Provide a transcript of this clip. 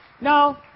No